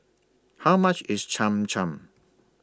How much IS Cham Cham